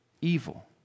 evil